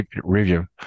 review